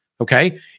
Okay